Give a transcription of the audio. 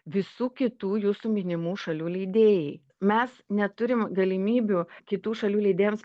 visų kitų jūsų minimų šalių leidėjai mes neturim galimybių kitų šalių leidėjams